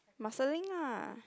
muscling a